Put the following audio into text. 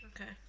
Okay